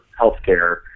healthcare